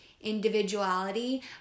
individuality